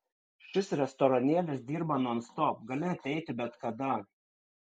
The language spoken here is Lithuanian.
šis restoranėlis dirba nonstop gali ateiti bet kada